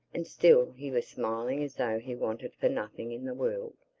and still he was smiling as though he wanted for nothing in the world.